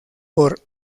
por